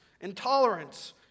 intolerance